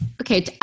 Okay